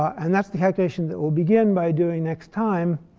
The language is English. and that's the calculation that we'll begin by doing next time.